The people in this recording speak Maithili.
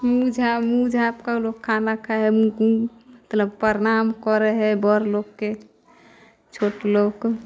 मुँह झाँपि मुँह झाँपिकऽ लोक खाना खाइ हइ मतलब प्रणाम करै हइ बड़ लोकके छोट लोक